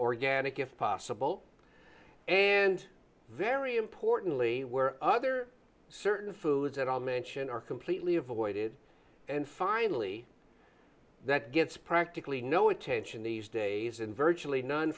organic if possible and very importantly where other certain foods at all mention are completely avoided and finally that gets practically no attention these days and virtually non